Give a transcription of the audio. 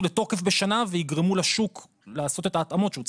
לתוקף תוך שנה ותגרומנה לשוק לעשות את ההתאמות שהוא צריך.